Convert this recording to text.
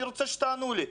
אני רוצה שתענו לי,